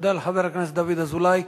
תודה לחבר הכנסת דוד אזולאי.